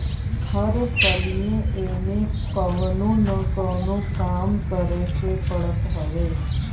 हर सलिए एमे कवनो न कवनो काम करे के पड़त हवे